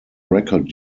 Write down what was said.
record